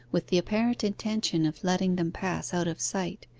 with the apparent intention of letting them pass out of sight,